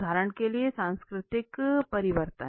उदाहरण के लिए सांस्कृतिक परिवर्तन